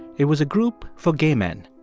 it was a group for gay men.